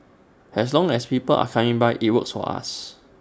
as long as people are coming by IT works for us